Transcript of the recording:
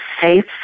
safe